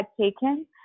taken